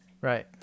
Right